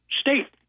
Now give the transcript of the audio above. state